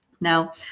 Now